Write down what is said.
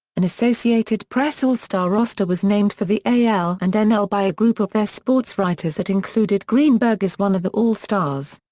an associated press all-star roster was named for the al and nl by a group of their sportswriters that included greenberg as one of the all-stars.